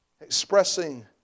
Expressing